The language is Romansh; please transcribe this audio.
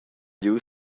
giu